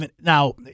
Now